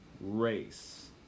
race